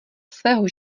svého